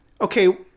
Okay